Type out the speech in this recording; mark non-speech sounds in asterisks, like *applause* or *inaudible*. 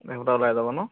*unintelligible* ওলাই যাব ন